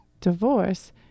divorce